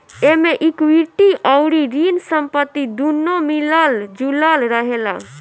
एमे इक्विटी अउरी ऋण संपत्ति दूनो मिलल जुलल रहेला